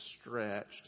stretched